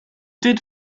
did